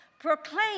Proclaim